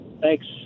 Thanks